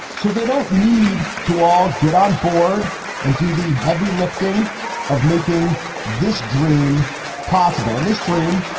so they don't need to all get on board and do the heavy lifting of making this dream possible in this dream.